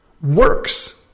works